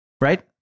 right